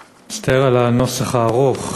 אני מצטער על הנוסח הארוך,